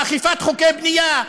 ואכיפת חוקי בנייה.